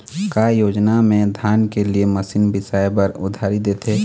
का योजना मे धान के लिए मशीन बिसाए बर उधारी देथे?